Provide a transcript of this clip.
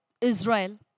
Israel